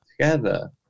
together